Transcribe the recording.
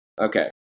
Okay